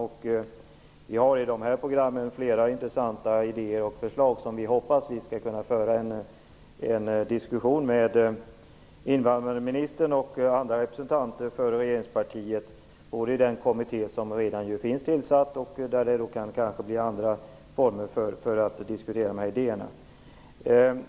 I programmen har vi flera intressanta idéer och förslag, som vi hoppas att vi skall kunna föra en diskussion om med invandrarministern och andra representanter för regeringspartiet, bl.a. i den kommitté som redan finns tillsatt och där det kan bli andra former för att diskutera dessa idéer.